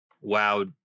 wow